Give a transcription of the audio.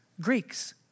Greeks